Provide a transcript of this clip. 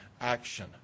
action